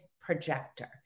projector